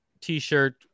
T-shirt